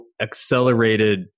accelerated